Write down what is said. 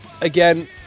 again